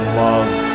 love